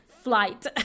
flight